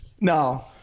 No